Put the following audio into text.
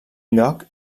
lloc